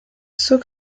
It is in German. zog